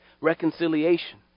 reconciliation